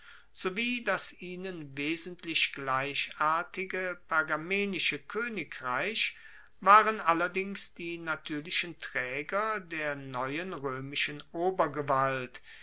sowie das ihnen wesentlich gleichartige pergamenische koenigreich waren allerdings die natuerlichen traeger der neuen roemischen